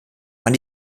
wann